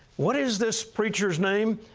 what is this preacher's name?